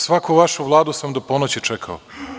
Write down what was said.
Svaku vašu Vladu sam do ponoći čekao.